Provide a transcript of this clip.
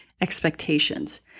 expectations